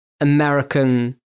American